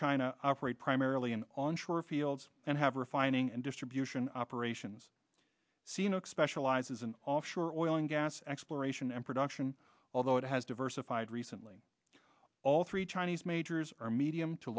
china operate primarily an onshore fields and have refining and distribution operations scenic specializes in offshore oil and gas exploration and production although it has diversified recently all three chinese majors are medium to